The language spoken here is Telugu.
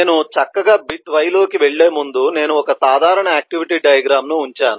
నేను చక్కగా బిట్ y లోకి వెళ్ళే ముందు నేను ఒక సాధారణ ఆక్టివిటీ డయాగ్రమ్ ను ఉంచాను